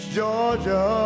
Georgia